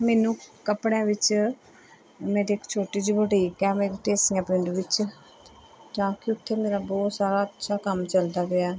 ਮੈਨੂੰ ਕੱਪੜਿਆਂ ਵਿੱਚ ਮੇਰੀ ਇੱਕ ਛੋਟੀ ਜਿਹੀ ਬੁਟੀਕ ਹੈ ਮੇਰੀ ਢੇਸੀਆਂ ਪਿੰਡ ਵਿੱਚ ਤਾਂ ਕਿ ਉੱਥੇ ਮੇਰਾ ਬਹੁਤ ਸਾਰਾ ਅੱਛਾ ਕੰਮ ਚੱਲਦਾ ਪਿਆ